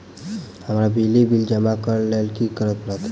हमरा बिजली बिल जमा करऽ केँ लेल की करऽ पड़त?